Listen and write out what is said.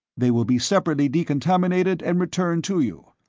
they will be separately decontaminated and returned to you.